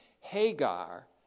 Hagar